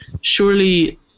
surely